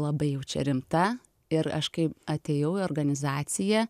labai jau čia rimta ir aš kai atėjau į organizaciją